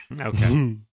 Okay